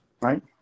Right